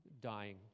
dying